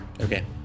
Okay